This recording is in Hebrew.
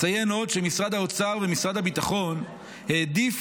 אציין עוד שמשרד האוצר ומשרד הביטחון העדיפו